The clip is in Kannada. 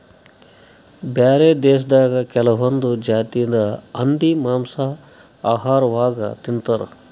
ಬ್ಯಾರೆ ದೇಶದಾಗ್ ಕೆಲವೊಂದ್ ಜಾತಿದ್ ಹಂದಿ ಮಾಂಸಾ ಆಹಾರವಾಗ್ ತಿಂತಾರ್